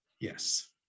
yes